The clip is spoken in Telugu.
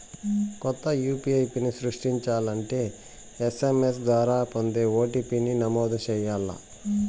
కొత్త యూ.పీ.ఐ పిన్ సృష్టించాలంటే ఎస్.ఎం.ఎస్ ద్వారా పొందే ఓ.టి.పి.ని నమోదు చేయాల్ల